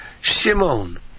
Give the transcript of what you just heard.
Shimon